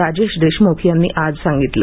राजेश देशमुख यांनी आज सांगितलं